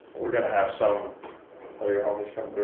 we're gonna have some of your homies come through.